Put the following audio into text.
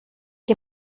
que